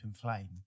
flame